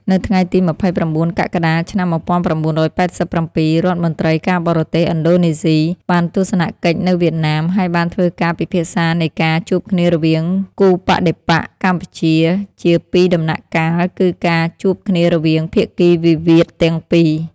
នៅថ្ងៃទី២៩ កក្កដា ឆ្នាំ ១៩៨៧ រដ្ឋមន្ត្រី ការបរទេស ឥណ្ឌូណេ ស៊ី បានទស្សនកិច្ចនៅវៀតណាម ហើយបានធ្វើការពិភាក្សានៃការ ជួបគ្នារវាងគូបដិបក្ខ (កម្ពុជា) ជាពីរដំណាក់កាលគឺការជួបគ្នារវាងភាគីវិវាទទាំងពីរ។